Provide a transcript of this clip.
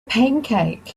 pancake